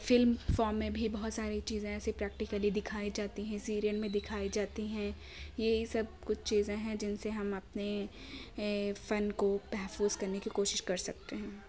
film form میں بھی بہت ساری چیزیں ایسے پریکٹیکلی دکھائی جاتی ہیں سیریل میں دکھائی جاتی ہیں یہی سب کچھ چیزیں ہیں جن سے ہم اپنے فن کو محفوظ کرنے کی کوشش کر سکتے ہیں